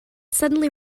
suddenly